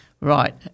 Right